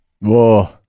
Whoa